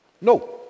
No